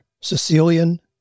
Sicilian